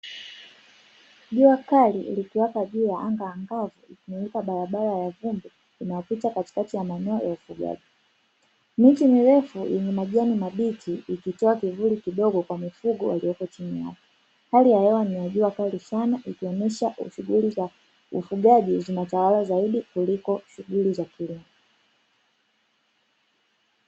Jua kali likiwaka juu ya anga angavu, barabara ya vumbi inapita katikati ya mandhari ya kijani. miti mirefu ina majani mabichi ikitoa kivuli kidogo kwa mifugo waliopo chini. hali ya hewa yenye jua kali sana ikionesha shughuli za ufugaji zinatawala zaidi kuliko za kilimo.